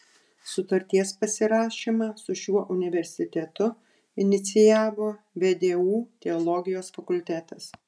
sutarties pasirašymą su šiuo universitetu inicijavo vdu teologijos fakultetas